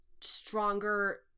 stronger